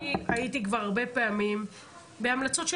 אני הייתי כבר הרבה פעמים בהמלצות.